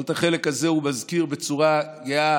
אבל את החלק הזה הוא מזכיר בצורה גאה,